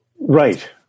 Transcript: Right